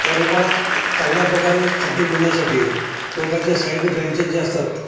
त्या रोपालाच चांगल्या प्रकारे खाद्य मिळण्यासाठी रोपाचे साईड ब्रँचेस जे असतात